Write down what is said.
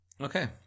Okay